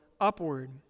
upward